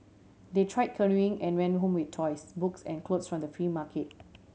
they try canoeing and went home with toys books and clothes from the free market